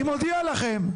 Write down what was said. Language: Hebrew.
אני מודיע לכם,